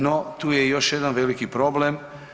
No tu je još jedan veliki problem.